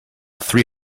three